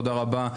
תודה רבה,